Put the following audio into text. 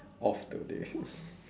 off though they